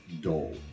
dole